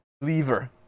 lever